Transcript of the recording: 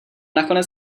nakonec